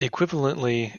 equivalently